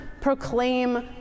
proclaim